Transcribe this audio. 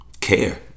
care